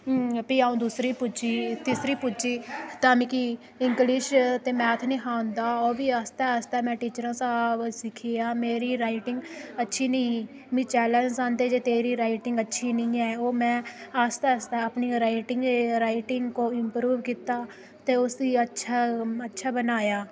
फ्ही अ'ऊं दूसरी पुज्जी तीसरी पुज्जी तां मिगी इंग्लिश ते मैथ नेईं हा आंदा ओह् बी आस्तै आस्तै में टीचर स्हाब सिक्खेआ मेरी रीयटिंग अच्छी नेईं ही मि चैलिंज आंदे जे तेरी रायटिंग अच्छी नेईं ऐ ओह् में आस्तै आस्तै अपनी रायटिंग रायटिंग को इंपरूब कीता ते उसी अच्छा अच्छा बनाया